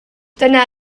dyna